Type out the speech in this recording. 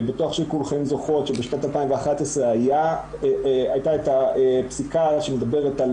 אני בטוח שכולן זוכרות שבשנת 2011 הייתה את הפסיקה שמדברת,